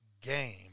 game